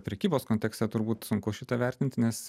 prekybos kontekste turbūt sunku šitą vertinti nes